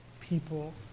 people